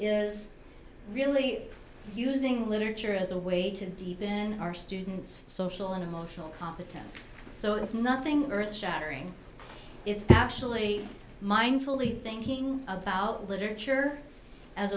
is really using literature as a way to deepen our students social and emotional competence so it's nothing earth shattering it's nationally mindfully thinking about literature as